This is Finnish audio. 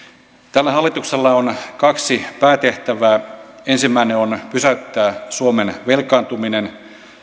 tällä hallituksella on kaksi päätehtävää ensimmäinen on pysäyttää suomen velkaantuminen